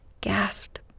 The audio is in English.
gasped